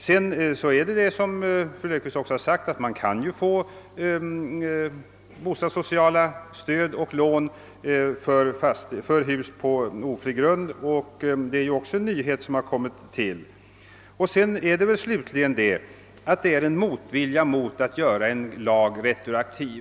Som fru Löfqvist sagt är det så att man kan få bostadssociala stöd och lån för hus på ofri grund, vilket också är en nyhet. Slutligen finns det en förståelig motvilja mot att göra en lag retroaktiv.